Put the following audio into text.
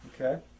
okay